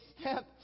step